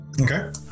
Okay